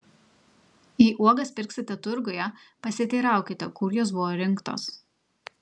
jei uogas pirksite turguje pasiteiraukite kur jos buvo rinktos